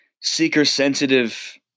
seeker-sensitive